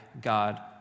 god